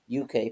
UK